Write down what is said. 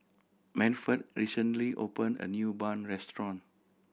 Manford recently opened a new bun restaurant